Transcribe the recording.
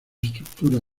estructura